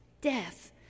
death